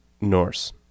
Norse